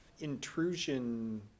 intrusion